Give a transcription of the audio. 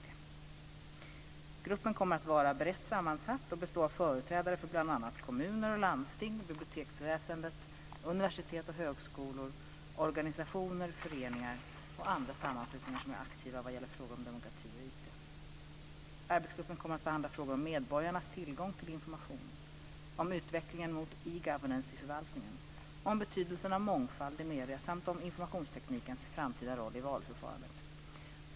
Gruppen kommer att vara brett sammansatt och bestå av företrädare för bl.a. kommuner och landsting, biblioteksväsendet, universitet och högskolor, organisationer, föreningar och andra sammanslutningar som är aktiva vad gäller frågor om demokrati och IT. Arbetsgruppen kommer att behandla frågor om medborgarnas tillgång till information, om utvecklingen mot e-governance i förvaltningen, om betydelsen av mångfald i medierna samt om informationsteknikens framtida roll i valförfarandet.